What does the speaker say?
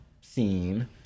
scene